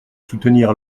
soutenir